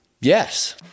Yes